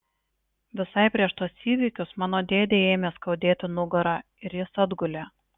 visai prieš tuos įvykius mano dėdei ėmė skaudėti nugarą ir jis atgulė